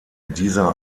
dieser